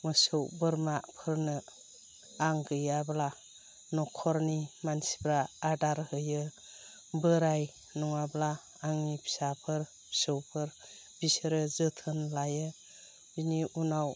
मोसौ बोरमाफोरनो आं गैयाब्ला नखरनि मानसिफ्रा आदार होयो बोराय नङाब्ला आंनि फिसाफोर फिसौफोर बिसोरो जोथोन लायो बिनि उनाव